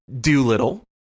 Doolittle